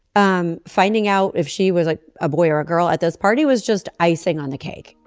um finding out if she was like a boy or a girl at this party was just icing on the cake.